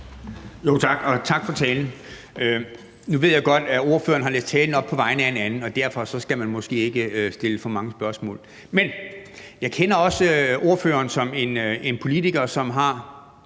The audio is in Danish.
tak for talen. Nu ved jeg godt, at ordføreren har læst talen op på vegne af en anden, og derfor skal man måske ikke stille for mange spørgsmål. Men jeg kender også ordføreren som en politiker, som har